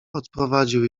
odprowadził